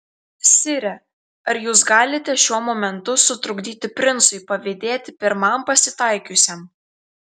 sire ar jūs galite šiuo momentu sutrukdyti princui pavydėti pirmam pasitaikiusiam